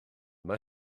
yma